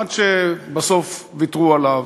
עד שבסוף ויתרו עליו.